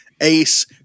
Ace